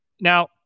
Now